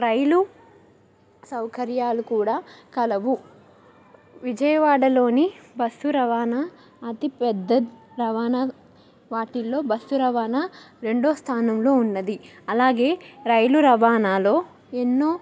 రైలు సౌకర్యాలు కూడా కలవు విజయవాడలోని బస్సు రవాణా అతి పెద్ద రవాణా వాటిల్లో బస్సు రవాణా రెండో స్థానంలో ఉన్నది అలాగే రైలు రవాణాలో ఎన్నో